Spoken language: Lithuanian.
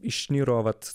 išniro vat